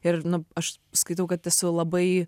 ir nu aš skaitau kad esu labai